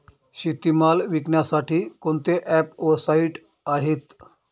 शेतीमाल विकण्यासाठी कोणते ॲप व साईट आहेत?